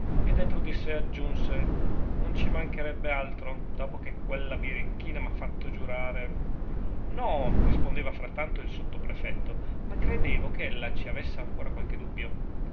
e dentro di sè aggiunse non ci mancherebbe altro dopo che quella birichina m'ha fatto giurare no rispondeva frattanto il sottoprefetto ma credevo che ella ci avesse ancora qualche dubbio